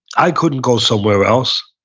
i couldn't go somewhere else.